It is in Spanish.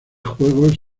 juegos